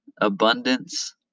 abundance